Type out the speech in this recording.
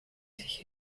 sich